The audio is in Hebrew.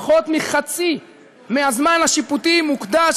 פחות מחצי מהזמן השיפוטי מוקדש.